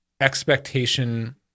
expectation